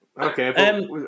Okay